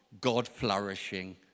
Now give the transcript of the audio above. God-flourishing